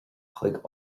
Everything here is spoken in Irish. chuig